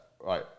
right